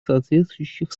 соответствующих